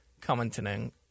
commenting